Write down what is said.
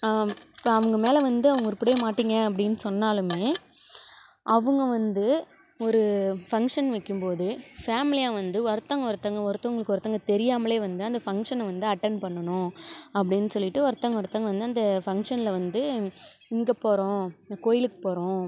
அவங்க மேலே வந்து அவங்க உருப்புடவே மாட்டிங்க அப்படின் சொன்னாலுமே அவங்க வந்து ஒரு பங்க்ஷன் வைக்கும்போது ஃபேமிலியாக வந்து ஒர்த்தவங்க ஒர்த்தவங்க ஒர்த்தவங்களுக்கு ஒர்த்தவங்க தெரியாமலே வந்து அந்த ஃபங்ஷனை வந்து அட்டன்ட் பண்ணனும் அப்படின் சொல்லிட்டு ஒர்த்தவங்க ஒர்த்தவங்க வந்து அந்த ஃபங்ஷனில் வந்து இங்கே போகறோம் இந்த கோயிலுக் போகறோம்